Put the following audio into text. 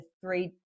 three